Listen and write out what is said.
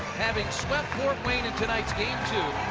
having swept fort wayne in tonight's game two.